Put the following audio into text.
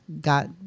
got